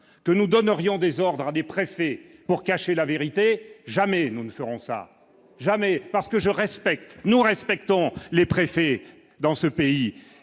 que nous donnerions désordre à des préfets pour cacher la vérité, jamais nous ne ferons ça jamais, parce que je respecte, nous respecterons les préfets dans ce pays